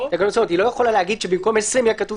היא לא יכולה להגיד שבמקום 20 יהיה כתוב